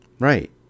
Right